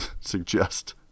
suggest